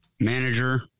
manager